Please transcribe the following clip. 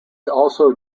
also